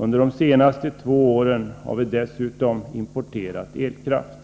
Under de senaste två åren har vi dessutom importerat elkraft.